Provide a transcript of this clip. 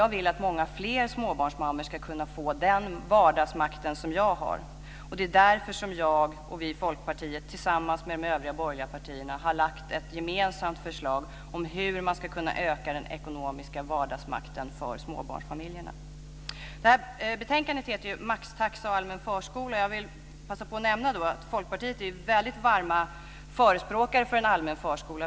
Jag vill att många fler småbarnsmammor ska kunna få den vardagsmakt som jag har, och det är därför som jag och vi i Folkpartiet tillsammans med de övriga borgerliga partierna har lagt fram ett gemensamt förslag till hur man ska kunna öka den ekonomiska vardagsmakten för småbarnsfamiljerna. Betänkandet har rubriken Maxtaxa och allmän förskola m.m. Jag vill passa på att nämna att Folkpartiet är en väldigt varm förespråkare för en allmän förskola.